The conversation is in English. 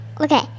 Okay